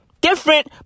Different